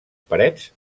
parets